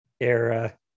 era